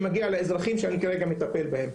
שמגיע לאזרחים שאני כרגע מטפל בהם.